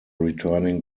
returning